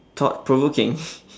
thought provoking